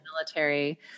military